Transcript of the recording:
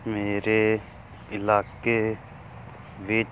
ਮੇਰੇ ਇਲਾਕੇ ਵਿੱਚ